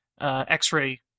x-ray